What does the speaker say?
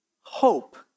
hope